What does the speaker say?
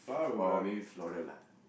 or maybe floral lah